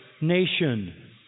nation